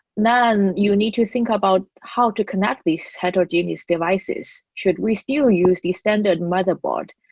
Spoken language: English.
then you need to think about how to connect these heterogeneous devices. should we still use the standard motherboard?